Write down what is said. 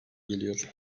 geliyor